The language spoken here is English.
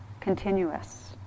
continuous